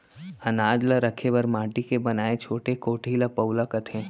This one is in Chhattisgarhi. अनाज ल रखे बर माटी के बनाए छोटे कोठी ल पउला कथें